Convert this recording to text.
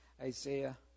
Isaiah